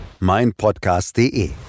meinpodcast.de